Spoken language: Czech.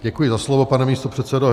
Děkuji za slovo, pane místopředsedo.